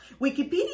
Wikipedia